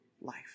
life